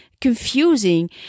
confusing